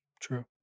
true